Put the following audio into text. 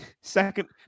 Second